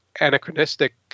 anachronistic